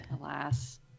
Alas